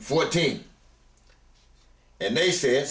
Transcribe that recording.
fourteen and they said